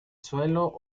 suelo